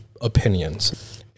opinions